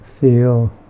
Feel